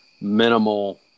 minimal